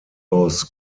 aus